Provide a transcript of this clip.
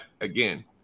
again